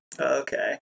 okay